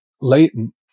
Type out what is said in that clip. Leighton